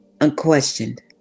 unquestioned